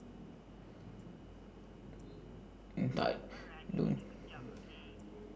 tak don't